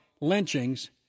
lynchings